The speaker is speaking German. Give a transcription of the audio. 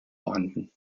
vorhanden